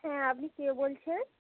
হ্যাঁ আপনি কে বলছেন